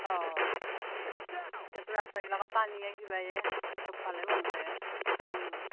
অ পানী আহি পায় সবফালে বন্ধয়ে ও